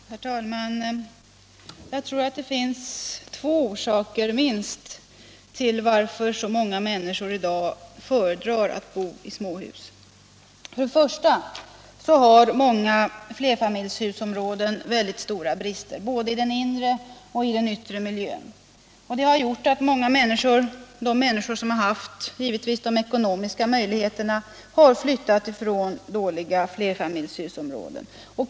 Herr talman! Jag tror att det finns minst två orsaker till att så många människor i dag föredrar att bo i småhus. För det första har många flerfamiljshusområden mycket stora brister både i den inre och i den yttre miljön. Det har gjort att många människor som haft de ekonomiska möjligheterna flyttat från dåliga flerfamiljshusområden.